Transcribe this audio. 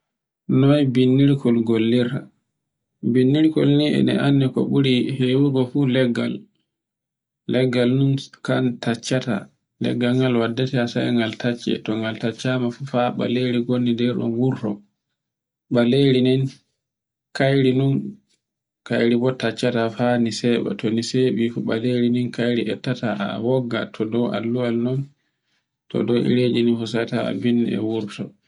Noy bindirkol gollirta. Binndirko ni e ɗe anndi ko ɓuri hewugo fu leggal. Leggal non kal taccata, kangal waddete ngal tacce, to ngal taccema fa baleri ndi gondi din wurto. ɓaleri ndin, kayri nun kayri bo tacceta fa ni seɓo, to ni seɓi ni baleri ndin kayri ettata a wogga to dow alluwal non, to dow ɗereji non saita binndi e wurto